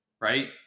right